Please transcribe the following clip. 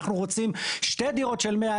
אנחנו רוצים שתי דירות של 100,